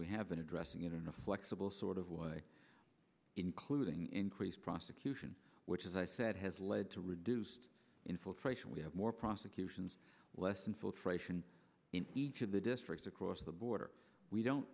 we have been addressing it in a flexible sort of way including increased prosecution which as i said has led to reduced infiltration we have more prosecutions less infiltration in each of the districts across the border we don't